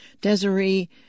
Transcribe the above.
Desiree